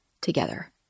together